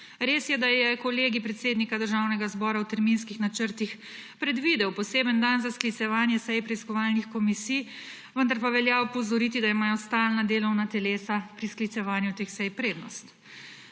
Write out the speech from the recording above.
Res je, da je Kolegij predsednika Državnega zbora v terminskih načrtih predvidel poseben dan za sklicevanje sej preiskovalnih komisij, vendar pa velja opozoriti, da imajo stalna delovna telesa pri sklicevanju teh sej prednost.